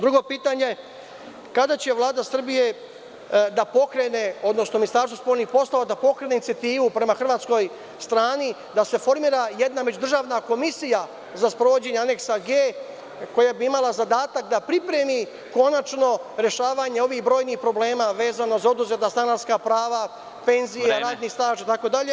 Drugo pitanje, kada će Vlada Srbije da pokrene, odnosno Ministarstvo spoljnih poslova, da pokrene inicijativu prema Hrvatskoj strani da se formira jedna međudržavna komisija za sprovođenje Aneksa „G“ koja bi imala zadatak da pripremi konačno rešavanje ovih brojnih problema vezano za oduzeta stanarska prava, penzije, radni staž itd.